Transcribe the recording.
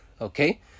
Okay